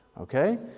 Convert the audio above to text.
okay